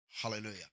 Hallelujah